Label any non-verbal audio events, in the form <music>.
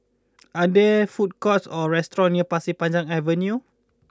<noise> are there food courts or restaurants near Pasir Panjang Avenue